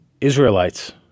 Israelites